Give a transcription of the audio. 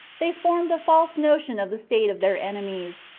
they formed a false notion of the state of their enemies,